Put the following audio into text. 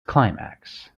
climax